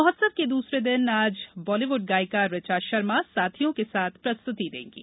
महोत्सव के दूसरे दिन आज बॉलीवुड गायिका ऋचा शर्मा साथियों के साथ प्रस्तुति देंगीं